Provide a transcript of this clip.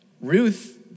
Ruth